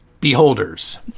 Beholders